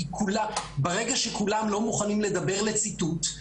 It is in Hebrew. כי ברגע שכולם לא מוכנים לדבר לציטוט,